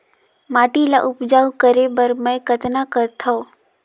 माटी ल उपजाऊ करे बर मै कतना करथव?